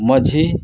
ᱢᱟᱹᱡᱷᱤ